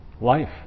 life